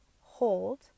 Hold